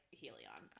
helion